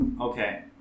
okay